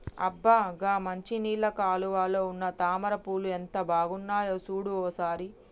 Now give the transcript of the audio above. అబ్బ గా మంచినీళ్ళ కాలువలో ఉన్న తామర పూలు ఎంత బాగున్నాయో సూడు ఓ సారి